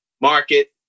market